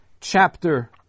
chapter